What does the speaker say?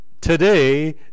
today